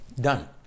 Done